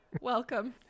welcome